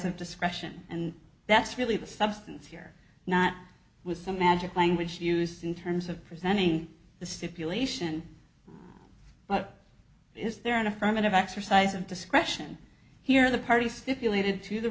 of discretion and that's really the substance here not with some magic language used in terms of presenting the stipulation but is there an affirmative exercise of discretion here the party stipulated to the